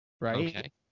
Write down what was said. right